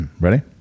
Ready